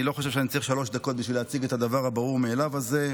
אני לא חושב שאני צריך שלוש דקות בשביל להציג את הדבר הברור-מאליו הזה.